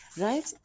right